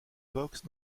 boxe